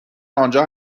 آنجا